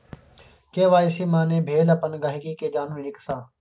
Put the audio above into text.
KYC माने भेल अपन गांहिकी केँ जानु नीक सँ